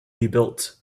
rebuilt